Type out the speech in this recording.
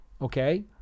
okay